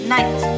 Night